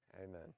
Amen